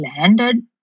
landed